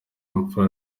imfura